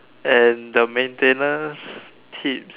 and the maintenance kit